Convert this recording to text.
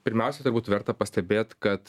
pirmiausia turbūt verta pastebėt kad